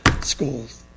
schools